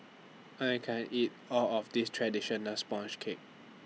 I can't eat All of This Traditional Sponge Cake